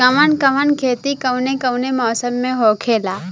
कवन कवन खेती कउने कउने मौसम में होखेला?